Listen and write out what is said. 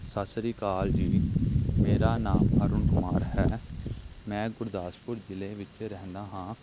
ਸਤਿ ਸ਼੍ਰੀ ਅਕਾਲ ਜੀ ਮੇਰਾ ਨਾਮ ਅਰੁਣ ਕੁਮਾਰ ਹੈ ਮੈ ਗੁਰਦਾਸਪੁਰ ਜ਼ਿਲ੍ਹੇ ਵਿੱਚ ਰਹਿੰਦਾ ਹਾਂ